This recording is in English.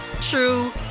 true